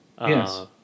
Yes